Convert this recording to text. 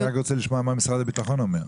אני רק רוצה לשמוע מה משרד הביטחון אומר.